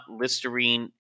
Listerine